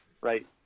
right